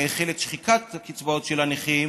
שהחל את שחיקת הקצבאות של הנכים,